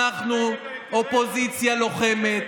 אנחנו אופוזיציה לוחמת,